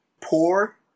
poor